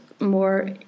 more